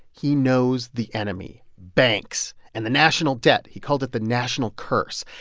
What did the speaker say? he knows the enemy banks and the national debt. he called it the national curse.